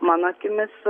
mano akimis